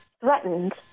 threatened